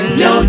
no